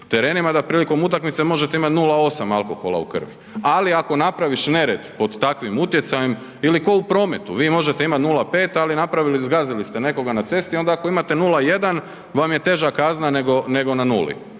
terenima da prilikom utakmice možete imat 0,8 alkohola u krvi, ali ako napraviš nered pod takvim utjecajem ili ko u prometu, vi možete imat 0,5, ali napravili, zgazili ste nekoga na cesti, onda ako imate 0,1 vam je teža kazna nego, nego